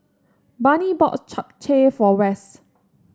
Barney bought Japchae for Wes